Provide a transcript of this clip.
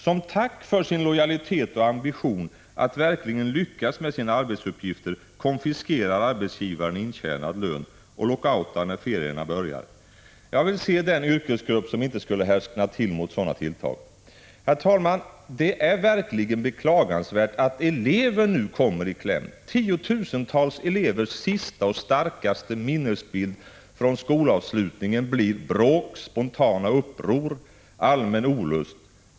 Som tack för sin lojalitet och sina ambitioner att verkligen lyckas med sina arbetsuppgifter, konfiskerar arbetsgivaren intjänad lön och lockoutar när ferierna börjar. Jag vill se den yrkesgrupp som inte skulle härskna till mot sådana tilltag. Herr talman! Det är verkligen beklagansvärt att elever nu kommer i kläm. Tiotusentals elevers sista och starkaste minnesbild från skolavslutningen blir bråk, spontana uppror och allmän olust.